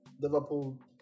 Liverpool